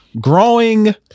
growing